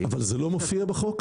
אבל זה לא מופיע בחוק?